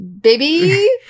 baby